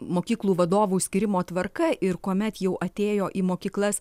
mokyklų vadovų skyrimo tvarka ir kuomet jau atėjo į mokyklas